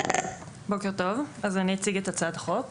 בוקר טוב, אני אציג את הצעת החוק.